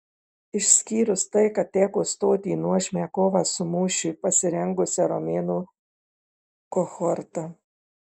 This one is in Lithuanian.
išskyrus tai kad teko stoti į nuožmią kovą su mūšiui pasirengusia romėnų kohorta